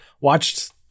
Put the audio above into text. watched